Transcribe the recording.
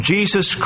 Jesus